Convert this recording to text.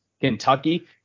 Kentucky